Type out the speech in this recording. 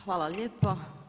Hvala lijepo.